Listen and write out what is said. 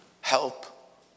help